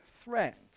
threat